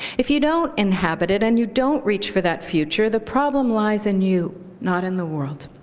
if you don't inhabit it and you don't reach for that future, the problem lies in you, not in the world.